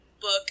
book